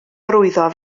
arwyddo